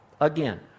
Again